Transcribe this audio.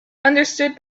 understood